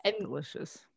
delicious